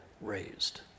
raised